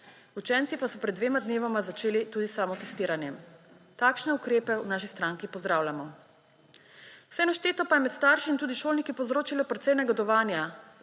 Učenci pa so pred dvema dnevoma začeli tudi s samotestiranjem. Takšne ukrepe v naši stranki pozdravljamo. Vse našteto pa je med starši in tudi šolniki povzročilo precej negodovanja.